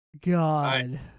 God